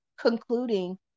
concluding